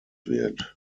wird